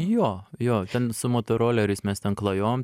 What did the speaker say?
jo jo ten su motoroleriais mes ten klajom